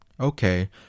Okay